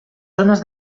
zones